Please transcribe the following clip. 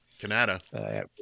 Canada